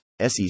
SEC